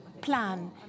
plan